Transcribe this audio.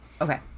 Okay